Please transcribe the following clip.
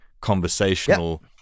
conversational